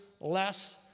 less